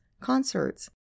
concerts